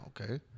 okay